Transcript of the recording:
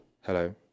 hello